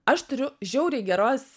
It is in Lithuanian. aš turiu žiauriai geros